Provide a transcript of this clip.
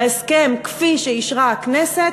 בהסכם כפי שאישרה הכנסת,